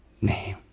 name